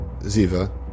Ziva